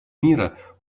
мира